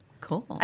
Cool